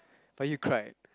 but you cried